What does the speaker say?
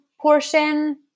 portion